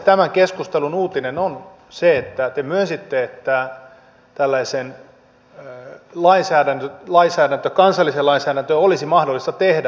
tämän keskustelun uutinen on se että te myönsitte että tällainen kansallinen lainsäädäntö jolla tämä porsaanreikä tukittaisiin olisi mahdollista tehdä